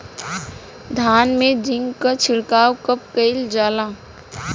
धान में जिंक क छिड़काव कब कइल जाला?